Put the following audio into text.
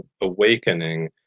awakening